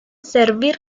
servir